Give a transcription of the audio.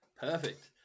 Perfect